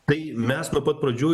tai mes nuo pat pradžių